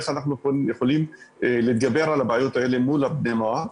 איך אנחנו יכולים להתגבר על הבעיות האלה מול בני הנוער.